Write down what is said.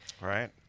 Right